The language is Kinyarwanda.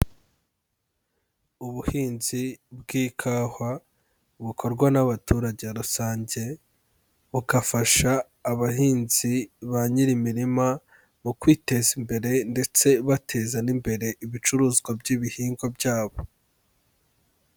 Ubuhinzi bw'ikawa bukorwa n'abaturage rusange bugafasha abahinzi ba nyiri imirima mu kwiteza imbere ndetse bateza n'imbere ibicuruzwa by'ibihingwa byabo.